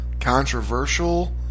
controversial